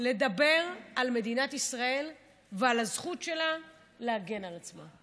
לדבר על מדינת ישראל ועל הזכות שלה להגן על עצמה.